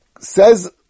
says